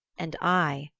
and i,